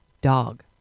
dog